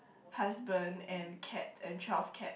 husband and cat and twelve cats